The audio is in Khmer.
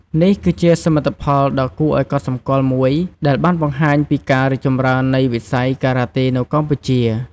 នេះគឺជាសមិទ្ធផលដ៏គួរឲ្យកត់សម្គាល់មួយ ដែលបានបង្ហាញពីការរីកចម្រើននៃវិស័យការ៉ាតេនៅកម្ពុជា។